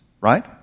right